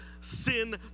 sin